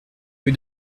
rue